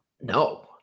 no